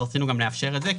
אז רצינו גם לאפשר את זה.